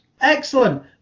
excellent